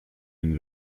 une